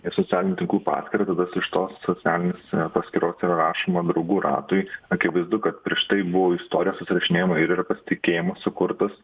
į socialinių tinklų paskyrą tada iš tos socialinės paskyros ten rašoma draugų ratui akivaizdu kad prieš tai buvo istorija susirašinėjamo ir yra pasitikėjimas sukurtas